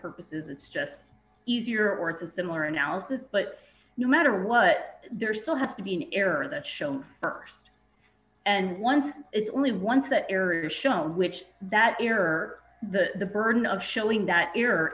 purposes it's just easier or it's a similar analysis but no matter what there's still have to be an error that shows and once it's only once that area is shown which that error the burden of showing that error